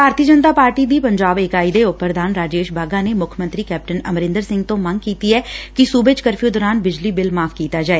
ਭਾਰਤੀ Janata party ਦੀ ਪੰਜਾਬ ਇਕਾਈ ਦੇ ਉਪ ਪ੍ਰਧਾਨ ਰਾਜੇਸ਼ ਬਾਘਾ ਨੇ ਮੁੱਖ ਮੰਤਰੀ ਕੈਪਟਨ ਅਮਰੰਦਰ ਸਿੰਘ ਤੋ ਮੰਗ ਕੀਤੀ ਐ ਕਿ ਸੁਬੇ ਚ ਕਰਫਿਉ ਦੌਰਾਨ ਬਿਜਲੀ ਬਿੱਲ ਮਾਫ਼ ਕੀਤੇ ਜਾਣ